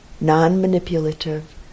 non-manipulative